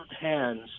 hands